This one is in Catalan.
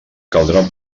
caldrà